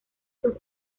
sus